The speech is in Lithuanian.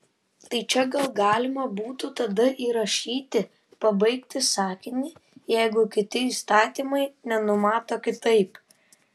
tai čia gal galima būtų tada įrašyti pabaigti sakinį jeigu kiti įstatymai nenumato kitaip